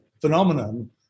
phenomenon